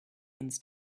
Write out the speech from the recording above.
runs